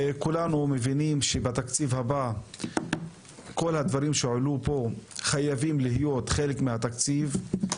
כולנו מבינים שכל הדברים שהועלו פה חייבים להיות חלק מהתקציב הבא,